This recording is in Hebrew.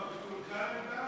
גם בטול-כרם?